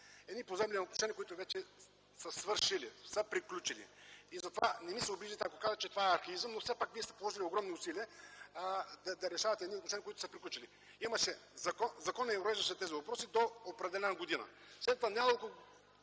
едни поземлени отношения, които вече са свършили, са приключили. Не ми се обиждайте, ако кажа, че това е архаизъм, но все пак сте положили огромни усилия да решавате едни отношения, които са приключили. Законът уреждаше тези въпроси до определена година.